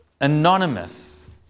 anonymous